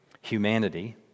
humanity